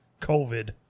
covid